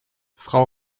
frau